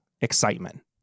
excitement